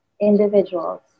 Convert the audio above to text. individuals